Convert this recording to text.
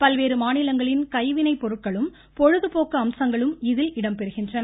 பல்வேறு மாநிலங்களின் கைவினைப் பொருட்களும் பொழுதுபோக்கு அம்சங்களும் இதில் இடம்பெறுகின்றன